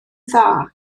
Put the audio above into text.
dda